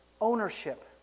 ownership